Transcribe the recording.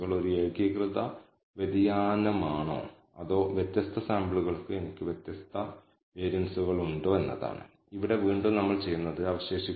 അതിനാൽ null hypothesis reduced model സ്വീകരിക്കണമോ അതോ സ്ലോപ്പ് പരാമീറ്റർ ഉൾപ്പെടുന്ന ഈ ആൾട്ടർനേറ്റീവിന്ന് അനുകൂലമായി നിരസിക്കേണ്ടതുണ്ടോ എന്ന് നമ്മൾ ചോദിക്കുന്നു